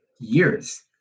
years